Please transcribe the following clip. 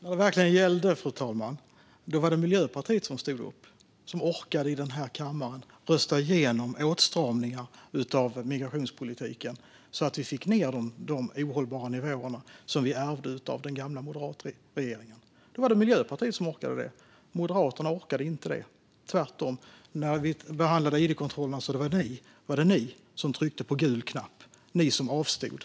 Fru talman! När det verkligen gällde var det Miljöpartiet som stod upp och som i denna kammare orkade rösta igenom åtstramningar av migrationspolitiken så att vi fick ned de ohållbara nivåer som vi ärvde av den gamla moderatregeringen. Detta orkade Miljöpartiet. Moderaterna orkade det inte - tvärtom. När vi behandlade id-kontrollerna tryckte Moderaterna på gul knapp och avstod.